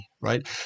right